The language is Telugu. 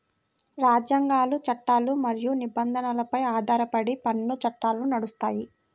రాజ్యాంగాలు, చట్టాలు మరియు నిబంధనలపై ఆధారపడి పన్ను చట్టాలు నడుస్తాయి